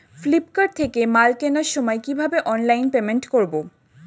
Flipkart থেকে মাল কেনার সময় কিভাবে অনলাইনে পেমেন্ট করব?